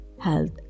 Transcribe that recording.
health